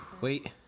Wait